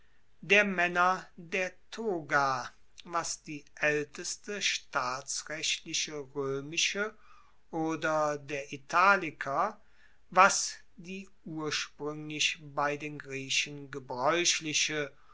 der maenner der toga was die aelteste staatsrechtliche roemische oder der italiker was die urspruenglich bei den griechen gebraeuchliche